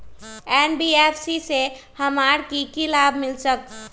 NBFC से हमार की की लाभ मिल सक?